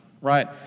right